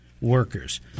workers